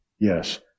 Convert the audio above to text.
Yes